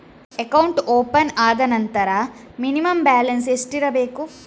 Account open ಆದ ನಂತರ minimum balance ಎಷ್ಟಿರಬೇಕು?